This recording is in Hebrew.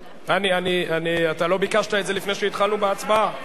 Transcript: אתה לא ביקשת את זה לפני שהתחלנו בהצבעה.